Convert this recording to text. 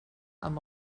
amb